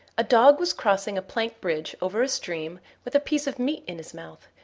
a dog was crossing a plank bridge over a stream with a piece of meat in his mouth,